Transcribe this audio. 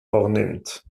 vornimmt